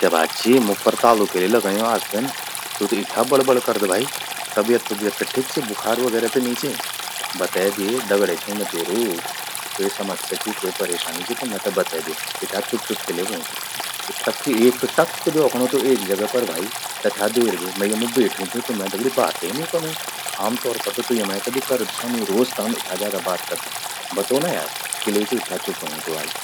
क्या बात चि, मुख पर तालु किले लगयूं त्वेन? तु त इथ्या बड़ बड़ करद भाई। तबियत तुबियत त ठिक चि? बुखार वगैरह त नी चि? बतै द्ये दगड्या छूं मैं त्येरु। क्वे समस्या चि, क्वे परेशानि चि। त मेते बतै द्ये। इथ्या चुप चुर किले व्हंयूं तु? एकटक्क द्योखणूं तु एक जगा पर भाई। तथ्या देर बे मैं यमु बेठ्यूं छूं, तु मै दगड़ि बाते नी कनूं। म तौर पर त तु यमण्ये कभि करद छौ नी। रोज त हम इथ्या ज्यादा बात करदन। बतौ ना यार किले चि इथ्या चुप व्हयूं तु आज।